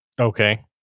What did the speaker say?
Okay